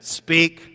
speak